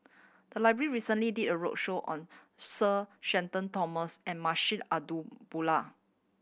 the library recently did a roadshow on Sir Shenton Thomas and Munshi Abdullah